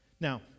Now